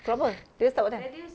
pukul berapa darius start what time